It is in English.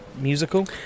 musical